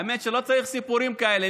האמת שלא צריך סיפורים כאלה.